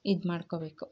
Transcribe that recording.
ಇದು ಮಾಡ್ಕೋಬೇಕು